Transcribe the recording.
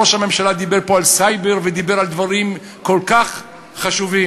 ראש הממשלה דיבר פה על סייבר ודיבר על דברים כל כך חשובים.